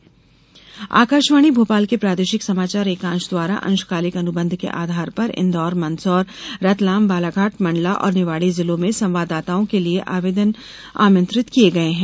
अशंकालिक संवाददाता आकाशवाणी भोपाल के प्रादेशिक समाचार एकांश द्वारा अंशकालिक अनुबंध के आधार पर इन्दौर मंदसौर रतलाम बालाघाट मंडला और निवाडी जिलों में संवाददाताओं के लिये आवेदन आमंत्रित किये गये हैं